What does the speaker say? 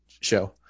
show